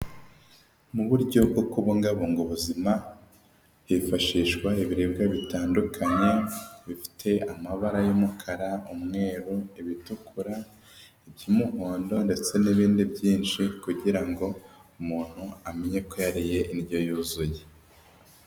Mu buryo bwo kubungabunga ubuzima hifashishwa ibiribwa bitandukanye, bifite amabara y'umukara, umweru, ibitukura, iby'umuhondo ndetse n'ibindi byinshi kugira ngo umuntu amenye ko yarireye indyo yuzuye.